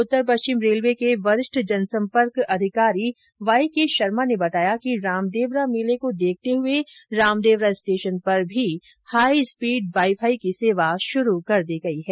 उत्तर पश्चिम रेलवे के वरिष्ठ जनसंपर्क अधिकारी वाई के शर्मा ने बताया कि रामदेवरा मेले को देखते हुए रामदेवरा स्टेशन पर भी हाई स्पीड वाई फाई की सेवा शुरू कर दी गयी है